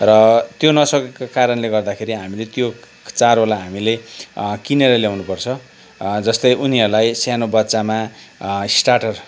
र त्यो नसकेको कारणले गर्दाखेरि हामीले त्यो चारोलाई हामीले किनेर ल्याउनु पर्छ जस्तै उनीहरूलाई सानो बच्चामा स्टाटर